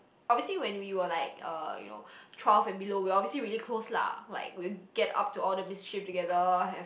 obviously when we were like uh you know twelve and below we obviously really close lah like we'll get up to all the mischief together have